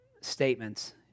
statements